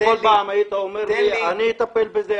ובכל פעם אמרת לי: אני אטפל בזה.